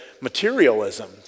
materialism